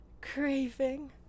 craving